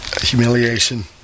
Humiliation